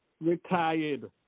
retired